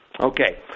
Okay